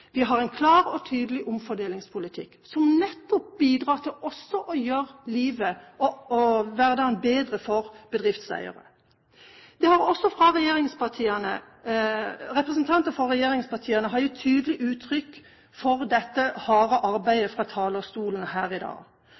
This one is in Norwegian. vi driver en aktiv næringslivspolitikk, og vi har en klar og tydelig omfordelingspolitikk, som nettopp også bidrar til å gjøre livet og hverdagen bedre for bedriftseiere. Representanter fra regjeringspartiene har fra talerstolen her i dag gitt tydelig uttrykk for dette harde arbeidet.